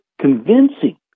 convincing